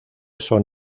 son